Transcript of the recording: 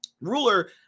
Ruler